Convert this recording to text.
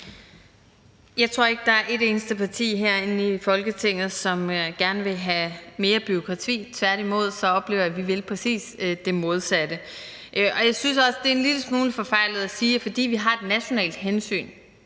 Jeg tror ikke, der er et eneste parti herinde i Folketinget, som gerne vil have mere bureaukrati, tværtimod oplever jeg, at vi vil præcis det modsatte. Jeg synes også, det er en lille smule forfejlet at sige, at der, fordi vi har et nationalt hensyn,